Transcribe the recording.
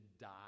die